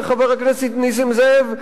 חבר הכנסת נסים זאב,